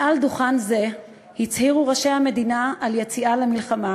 מעל דוכן זה הצהירו ראשי המדינה על יציאה למלחמה,